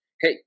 Hey